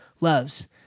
loves